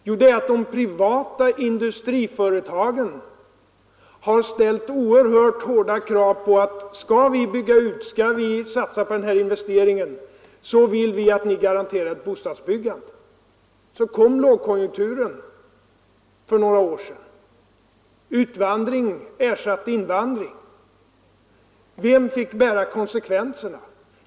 Jo, det är att de privata industriföretagen har ställt oerhört hårda krav: ”Skall vi bygga ut, skall vi satsa på den här investeringen, så vill vi att ni garanterar ett bostadsbyggande.” Så kom lågkonjunkturen för några år sedan. Utvandring ersatte invandring. Vem fick bära konsekvenserna?